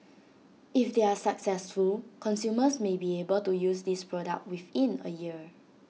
if they are successful consumers may be able to use this product within A year